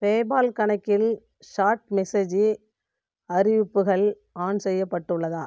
PayPal கணக்கில் chat message அறிவிப்புகள் on செய்யப்பட்டுள்ளதா